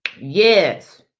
Yes